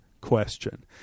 question